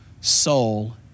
soul